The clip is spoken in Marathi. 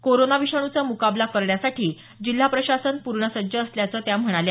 कोरोना विषाणूचा मुकाबला करण्यासाठी जिल्हा प्रशासन पूर्ण सज्ज असल्याचं त्या म्हणाल्या